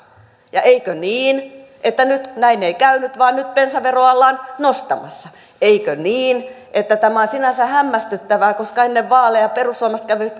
eikö niin että nyt näin ei käynyt vaan nyt bensaveroa ollaan nostamassa eikö niin että tämä on sinänsä hämmästyttävää koska ennen vaaleja perussuomalaiset kävivät